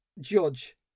judge